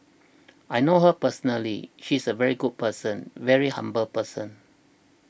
I know her personally she is a very good person very humble person